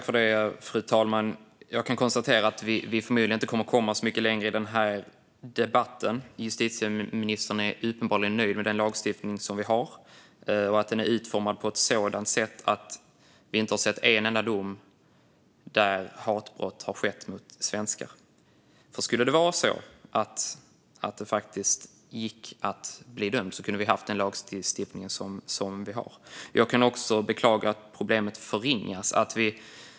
Fru talman! Jag kan konstatera att vi förmodligen inte kommer att komma mycket längre i den här debatten. Justitieministern är uppenbarligen nöjd med den lagstiftning vi har och med att den är utformad på ett sådant sätt att vi inte har sett en enda dom som innebär att hatbrott har skett mot svenskar. Om det skulle vara så att det gick att bli dömd skulle vi kunna ha den lagstiftning som vi har. Jag kan också beklaga att problemet förringas.